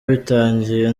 bitangiye